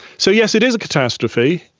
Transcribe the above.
so yes, it is a catastrophe.